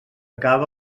acabe